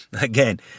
again